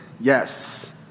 Yes